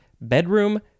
Bedroom